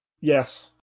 Yes